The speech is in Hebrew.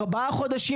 ארבעה חודשים